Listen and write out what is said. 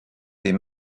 des